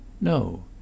No